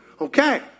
Okay